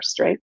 right